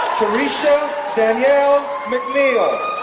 tarisha danyelle mcneill,